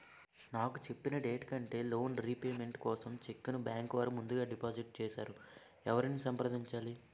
నాకు చెప్పిన డేట్ కంటే లోన్ రీపేమెంట్ కోసం చెక్ ను బ్యాంకు వారు ముందుగా డిపాజిట్ చేసారు ఎవరిని సంప్రదించాలి?